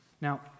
Now